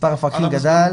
מספר המפקחים גדל